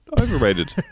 Overrated